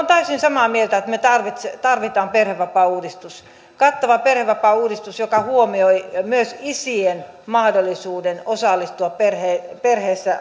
täysin samaa mieltä että me tarvitsemme tarvitsemme perhevapaauudistuksen kattavan perhevapaauudistuksen joka huomioi myös isien mahdollisuuden osallistua perheessä